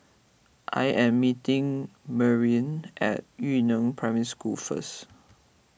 I am meeting Merilyn at Yu Neng Primary School first